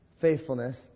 faithfulness